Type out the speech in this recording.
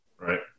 right